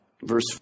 Verse